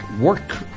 work